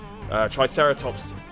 Triceratops